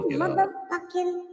motherfucking